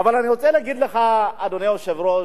אבל אני רוצה להגיד לך, אדוני היושב-ראש,